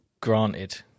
Granted